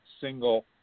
single